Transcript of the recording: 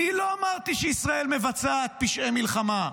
אני לא אמרתי שישראל מבצעת פשעי מלחמה.